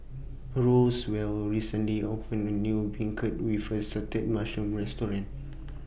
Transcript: Roswell recently opened A New Beancurd with Assorted Mushrooms Restaurant